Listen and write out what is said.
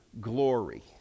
glory